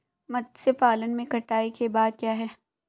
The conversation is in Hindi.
मत्स्य पालन में कटाई के बाद क्या है?